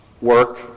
work